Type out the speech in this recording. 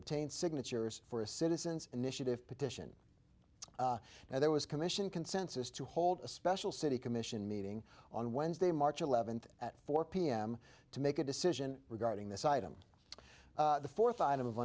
obtain signatures for a citizens initiative petition and there was commission consensus to hold a special city commission meeting on wednesday march eleventh at four pm to make a decision regarding this item the fourth item of